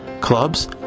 clubs